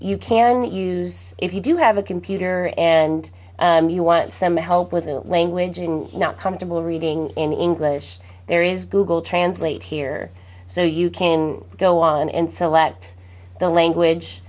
you can use if you do have a computer and you want some help with language and not comfortable reading in english there is google translate here so you can go on and select the language